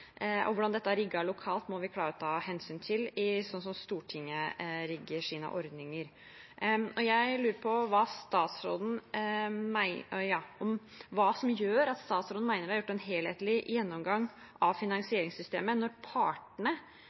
må klare å ta hensyn til hvordan dette er rigget lokalt, når vi skal rigge våre ordninger. Jeg lurer på hva som gjør at statsråden mener at man har hatt en helhetlig gjennomgang av finansieringssystemet, når partene,